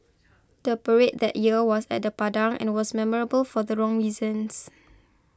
the parade that year was at the Padang and was memorable for the wrong reasons